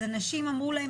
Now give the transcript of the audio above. אז אנשים אמרו להם,